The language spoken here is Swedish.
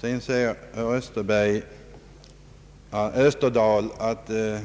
Sedan säger herr Österdahl att kravet